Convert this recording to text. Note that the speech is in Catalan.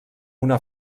una